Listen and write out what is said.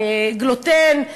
גלוטן.